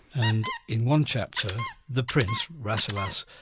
and in one chapter, the prince, rasselas,